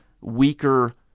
weaker